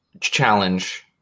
challenge